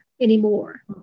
anymore